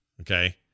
okay